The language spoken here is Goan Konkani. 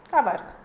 काबार